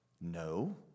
no